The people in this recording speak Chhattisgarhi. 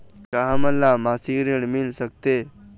का हमन ला मासिक ऋण मिल सकथे?